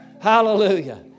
Hallelujah